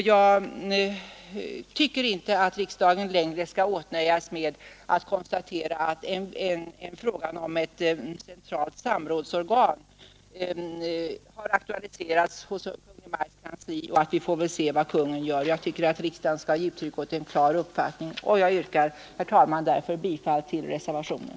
Jag tycker inte att riksdagen längre skall nöja sig med att konstatera att frågan om ett centralt samrådsorgan har aktualiserats i Kungl. Maj:ts kansli och att vi bör vänta och se vad Kungl. Maj:t gör. Jag tycker att riksdagen skall ge uttryck åt en klar uppfattning. Jag yrkar därför, herr talman, bifall till reservationen.